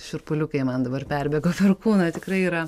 šiurpuliukai man dabar perbėgo per kūną tikrai yra